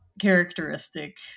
characteristic